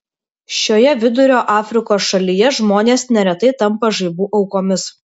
šioje vidurio afrikos šalyje žmonės neretai tampa žaibų aukomis